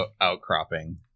outcropping